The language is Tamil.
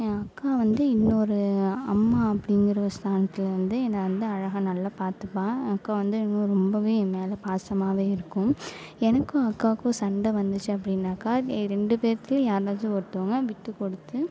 என் அக்கா வந்து இன்னொரு அம்மா அப்படிங்குற ஸ்தானத்தில் வந்து என்னை வந்து அழகாக நல்லா பார்த்துப்பா என் அக்கா வந்து என்னை ரொம்பவே என் மேல் பாசமாகவே இருக்கும் எனக்கும் என் அக்காவுக்கும் சண்டை வந்துச்சு அப்படின்னாக்கா ரெண்டு பேர்த்துல யாருனாச்சம் ஒருத்தங்க விட்டு கொடுத்து